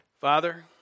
Father